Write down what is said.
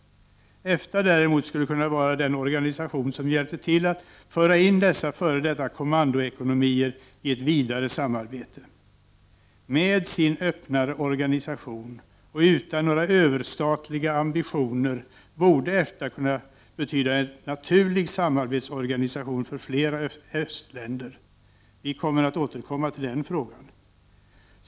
EFTA skulle däremot kunna vara den organisation som hjälpte till att föra in dessa före detta kommandoekonomier i ett vidare samarbete. Med sin öppnare organisation och utan några överstatliga ambitioner borde EFTA kunna betyda en naturlig samarbetsorganisation för flera östländer. Vi kommer att återkomma till den frågan.